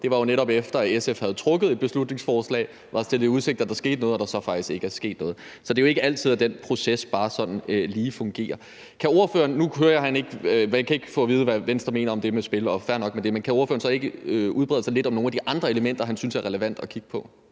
Det var jo netop, efter at SF havde trukket et beslutningsforslag, var stillet i udsigt, at der skete noget, og der så faktisk ikke er sket noget. Så det er jo ikke altid, den proces bare sådan lige fungerer. Nu hører jeg, at man ikke kan få at vide, hvad Venstre mener om det med spil, og det er fair nok, men kan ordføreren så ikke udbrede sig lidt om nogle af de andre elementer, Venstre synes er relevante at kigge på?